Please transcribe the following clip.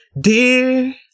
Dear